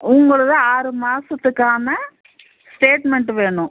உங்களது ஆறு மாதத்துக்கான ஸ்டேட்மெண்ட்டு வேணும்